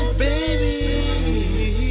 baby